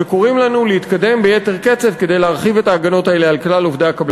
וקוראים לנו להתקדם בקצב מהיר יותר כדי להרחיב